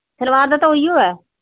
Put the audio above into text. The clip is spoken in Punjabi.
ਸਲਵਾਰ ਦਾ ਤਾਂ ਓਹੀ ਓ ਹੈ